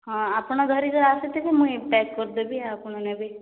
ହଁ ଆପଣ ଧରିକି ଆସିଥିବେ ମୁଁ ପ୍ୟାକ୍ କରିଦେବି ଆପଣ ନେବେ